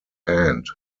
hand